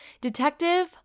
detective